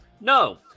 No